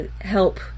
help